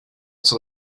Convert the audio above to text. into